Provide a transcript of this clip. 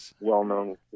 well-known